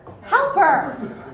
helper